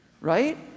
right